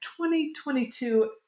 2022